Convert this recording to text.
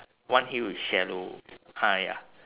one hill is shallow ah ya